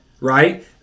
right